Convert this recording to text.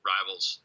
Rivals